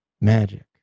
Magic